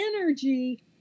energy